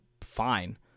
fine